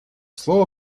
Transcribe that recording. слово